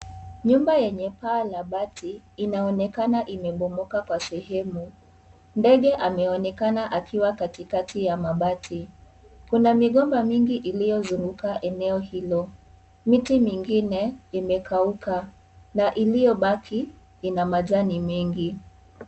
Nyumba yenya paa la bati inaonekana imebomoka kwa sehemu. Ndege ameonekana akiwa katikati ya mabati. Kuna migomba mingi iliyozunguka eneo hilo. Miti mingine imekauka na ileyobaki ina majani mengi.